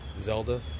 zelda